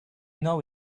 know